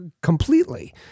completely